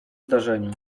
zdarzeniu